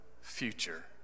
future